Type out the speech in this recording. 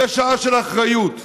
זאת שעה של אחריות.